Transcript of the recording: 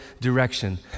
direction